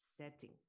setting